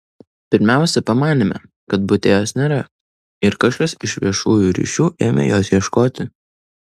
pirmiausia pamanėme kad bute jos nėra ir kažkas iš viešųjų ryšių ėmė jos ieškoti